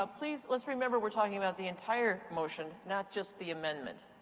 ah please, let's remember we're talking about the entire motion, not just the amendment.